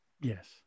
Yes